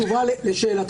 זה בדיוק מה שקשה,